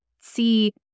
see